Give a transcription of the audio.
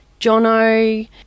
Jono